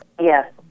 Yes